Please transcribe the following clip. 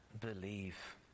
believe